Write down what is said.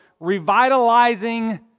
revitalizing